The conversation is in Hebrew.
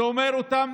זה אומר שאותם